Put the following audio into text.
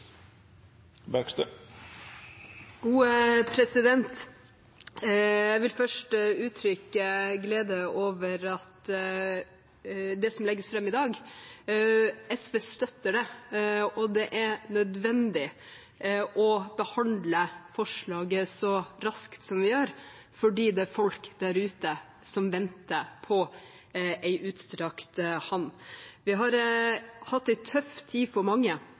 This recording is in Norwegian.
et oversendelsesforslag. Jeg vil først uttrykke glede over det som legges fram i dag. SV støtter det, og det er nødvendig å behandle forslaget så raskt som vi gjør, for det er folk der ute som venter på en utstrakt hånd. Det har vært en tøff tid for mange.